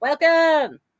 Welcome